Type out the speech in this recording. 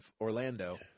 Orlando